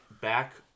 Back